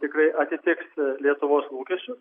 tikrai atitiks lietuvos lūkesčius